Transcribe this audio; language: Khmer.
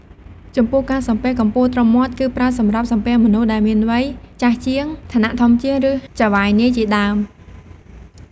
ចំំពោះការសំពះកម្ពស់ត្រឹមមាត់ គឺប្រើសម្រាប់សំពះមនុស្សដែលមាន វ័យចាស់ជាង ឋានៈធំជាង ឬចៅហ្វាយនាយជាដើម។